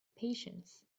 patience